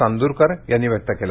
चांद्रकर यांनी व्यक्त केलं